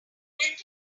building